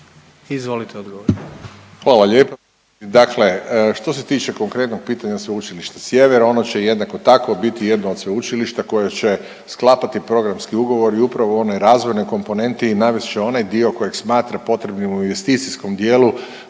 Radovan (HDZ)** Hvala lijepo. Dakle što se tiče konkretnog pitanja Sveučilišta Sjever, ono će jednako tako biti jedno od sveučilišta koje će sklapati programski ugovor i upravo one razvojne komponenti i navest će onaj dio kojeg smatra potrebnim u investicijskom dijelu